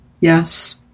Yes